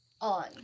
on